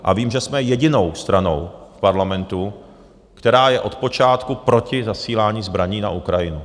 A vím, že jsme jedinou stranou v Parlamentu, která je od počátku proti zasílání zbraní na Ukrajinu.